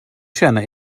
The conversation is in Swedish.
känner